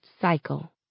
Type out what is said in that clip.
cycle